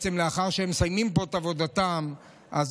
שלאחר שהם מסיימים פה את עבודתם הם